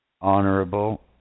Honorable